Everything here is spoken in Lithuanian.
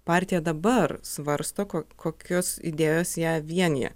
partija dabar svarsto ko kokios idėjos ją vienija